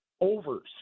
overs